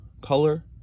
color